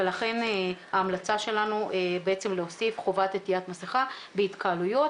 ולכן ההמלצה שלנו בעצם להוסיף חובת עטיית מסכה בהתקהלויות